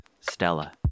Stella